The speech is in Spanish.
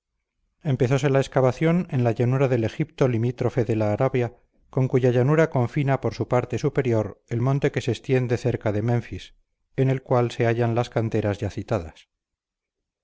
de arabia empezóse la excavación en la llanura del egipto limítrofe de la arabia con cuya llanura confina por su parte superior el monte que se extiende cerca de menfis en el cual se hallan las canteras ya citadas